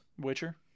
Witcher